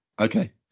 Okay